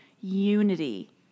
unity